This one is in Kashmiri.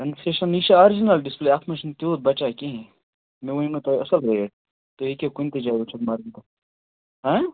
کَنسیشیٚن یہِ چھُ آرِجنل ڈِسپٕلیے اَتھ منٛز چھُنہٕ تیٛوٗت بَچان کِہیٖنٛۍ مےٚ وَنیاے تۄہہِ اَصٕل ریٚٹ تُہۍ ہیٚکِو کُنہِ تہِ جاے وُچھِتھ مارکیٚٹَس منٛز ٲں